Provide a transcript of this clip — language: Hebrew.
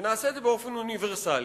ונעשה את זה באופן אוניברסלי,